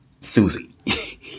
Susie